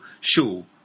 show